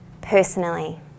personally